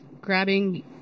grabbing